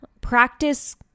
practice